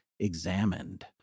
examined